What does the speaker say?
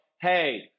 hey